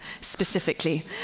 specifically